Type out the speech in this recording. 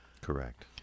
Correct